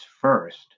first